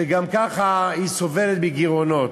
שגם ככה סובלת מגירעונות.